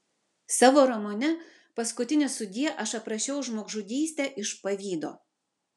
savo romane paskutinis sudie aš aprašiau žmogžudystę iš pavydo